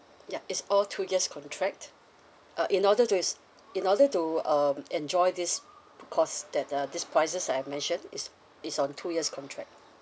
ya it's all two years contract uh in order to is in order to um enjoy this cost that uh these prices I've mentioned is is on two years contract